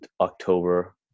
October